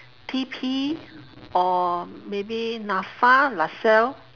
T_P or maybe NAFA lasalle